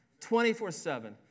24-7